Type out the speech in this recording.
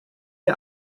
die